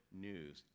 news